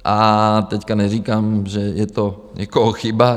A teď neříkám, že je to někoho chyba.